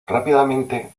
rápidamente